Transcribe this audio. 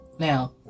Now